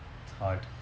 it's hard